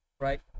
right